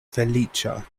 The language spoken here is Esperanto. feliĉa